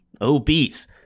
obese